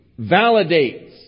validates